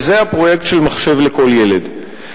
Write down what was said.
וזה הפרויקט "מחשב לכל ילד".